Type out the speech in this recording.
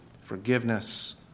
forgiveness